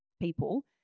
people